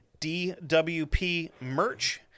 dwpmerch